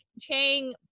Chang